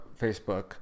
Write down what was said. Facebook